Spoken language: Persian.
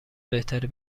بهتره